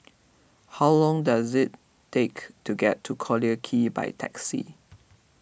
how long does it take to get to Collyer Quay by taxi